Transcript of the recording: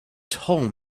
told